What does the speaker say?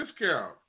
discount